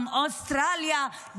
גם אוסטרליה,